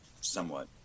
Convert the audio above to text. somewhat